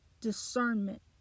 discernment